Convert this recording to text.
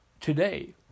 today